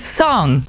song